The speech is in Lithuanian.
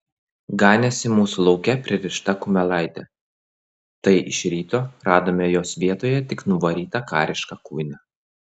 ganėsi mūsų lauke pririšta kumelaitė tai iš ryto radome jos vietoje tik nuvarytą karišką kuiną